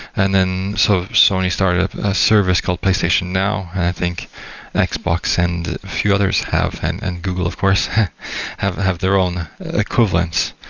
and then so sony started a service called playstation now. i think like xbox and a few others have and and google of course have have their own equivalents.